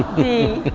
the,